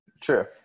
True